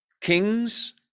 kings